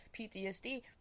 PTSD